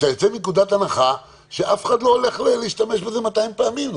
שאתה יוצא מנקודת הנחה שאף אחד לא הולך להשתמש בזה 200 פעמים,